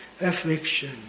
affliction